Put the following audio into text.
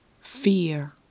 fear